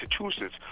Massachusetts